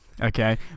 Okay